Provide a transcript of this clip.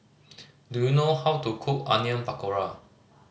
do you know how to cook Onion Pakora